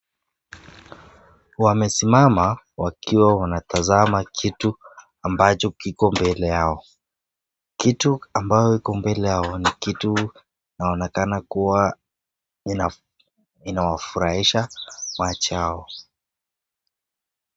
Wamesimama wakiwa wanatazama kitu ambacho kiko mbele yao. Kitu ambacho iko mbele yao ni kitu inaonekana inawafurahisha macho yao.